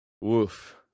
Woof